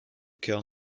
coeur